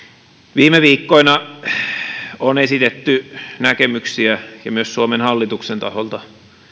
viime viikkoina on esitetty ja myös suomen hallituksen taholta